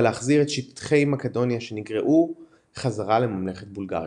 להחזיר את שטחי מקדוניה שנגרעו חזרה לממלכת בולגריה.